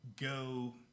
go